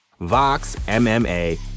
VOXMMA